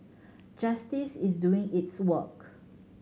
justice is doing its work